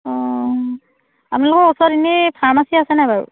অঁ আপোনালোকৰ ওচৰত এনেই ফাৰ্মাচী আছে নাই বাৰু